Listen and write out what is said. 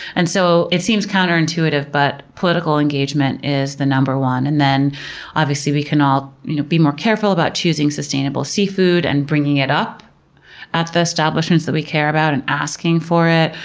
and so it seems counterintuitive, but political engagement is the number one. and then obviously we can all you know be more careful about choosing sustainable seafood and bringing it up at the establishments that we care about and asking for it.